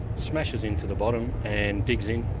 smashes into the bottom and digs in.